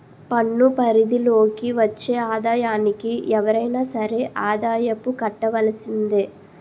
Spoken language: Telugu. పన్ను పరిధి లోకి వచ్చే ఆదాయానికి ఎవరైనా సరే ఆదాయపు కట్టవలసిందే